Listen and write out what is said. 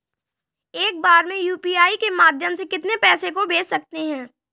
एक बार में यू.पी.आई के माध्यम से कितने पैसे को भेज सकते हैं?